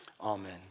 amen